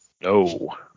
no